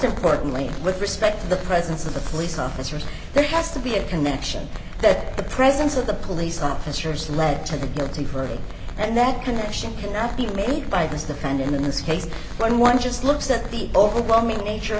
importantly with respect to the presence of the police officers there has to be a connection that the presence of the police officers led to the guilty verdict and that connection not be made by this the kind in this case but one just looks at the overwhelming nature